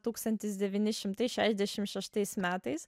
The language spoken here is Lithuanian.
tūkstantis devyni šimtai šešiasdešim šeštais metais